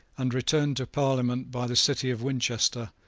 and returned to parliament by the city of winchester,